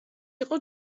იყო